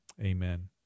amen